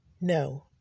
No